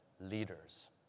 leaders